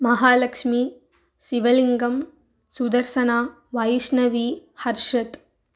Mahalakshmi Sivalingam Sudarshana Vaishnavi Harshad